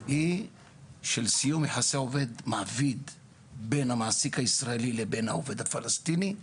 היא של סיום יחסי עובד ומעביד בין המעסיק הישראלי לבין העובד הפלסטיני.